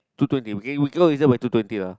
two twenty okay we K we go yourself by two twenty lah